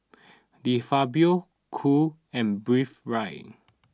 De Fabio Cool and Breathe Right